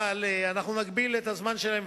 אבל אנחנו נגביל את הזמן שלהם,